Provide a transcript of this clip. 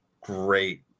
great